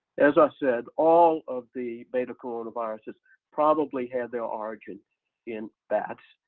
as i said all of the beta coronaviruses probably had their origin in bats,